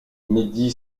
midi